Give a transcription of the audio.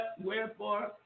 wherefore